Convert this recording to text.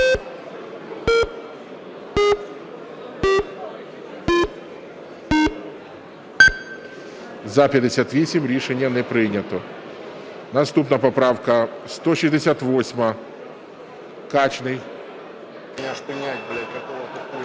За-58 Рішення не прийнято. Наступна поправка 168, Качний.